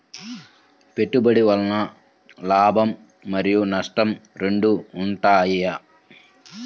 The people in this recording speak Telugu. పెట్టుబడి వల్ల లాభం మరియు నష్టం రెండు ఉంటాయా?